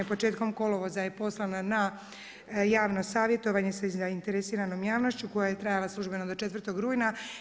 Početkom kolovoza je poslana na javno savjetovanje sa zainteresiranom javnošću koja je trajala službeno do 4. rujna.